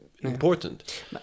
Important